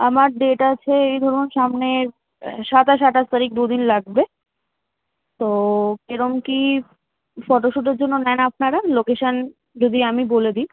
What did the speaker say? আমার ডেট আছে এই ধরুন সামনের সাতাশ আটাশ তারিখ দু দিন লাগবে তো কীরকম কী ফটো শ্যুটের জন্য নেন আপনারা লোকেশান যদি আমি বলে দিই